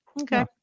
okay